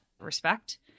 respect